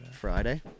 Friday